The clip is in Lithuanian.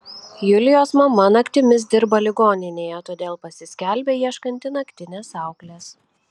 julijos mama naktimis dirba ligoninėje todėl pasiskelbia ieškanti naktinės auklės